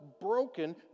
broken